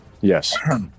yes